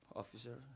officer